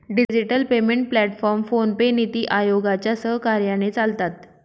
digital payment platform PhonePe, नीति आयोगाच्या सहकार्याने चालतात